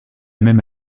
même